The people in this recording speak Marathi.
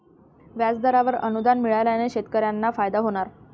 व्याजदरावर अनुदान मिळाल्याने शेतकऱ्यांना फायदा होणार